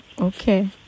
Okay